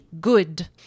good